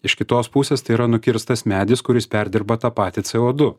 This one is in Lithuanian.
iš kitos pusės tai yra nukirstas medis kuris perdirba tą patį co du